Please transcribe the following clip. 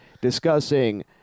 discussing